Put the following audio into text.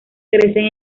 crecen